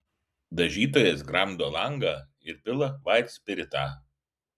dažytojas gramdo langą ir pila vaitspiritą